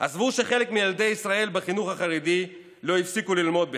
עזבו את זה שחלק מילדי ישראל בחינוך החרדי לא הפסיקו ללמוד בכלל,